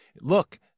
look